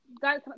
guys